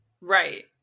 Right